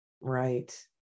Right